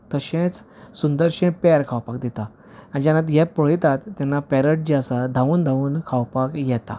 तशेंच सुंदरशें पेर खावपाक दितां आनी जेन्ना हे पळेतात तेन्ना पेरट जे आसा धावन धावन खावपाक येतात